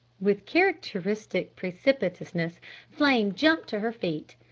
with characteristic precipitousness flame jumped to her feet.